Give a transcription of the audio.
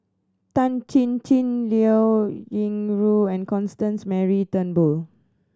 Tan Chin Chin Liao Yingru and Constance Mary Turnbull